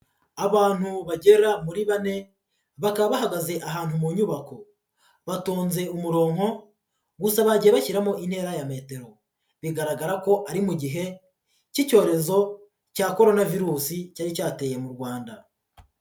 Abantu bagera muri bane, bakaba bahagaze ahantu mu nyubako. Batonze umuronko gusa bagiye bashyiramo intera ya metero. Bigaragara ko ari mu gihe cy'icyorezo cya Corona virus cyari cyateye mu Rwanda.